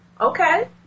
Okay